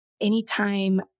anytime